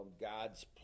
God's